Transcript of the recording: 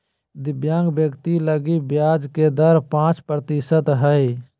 दिव्यांग व्यक्ति लगी ब्याज के दर पांच प्रतिशत हइ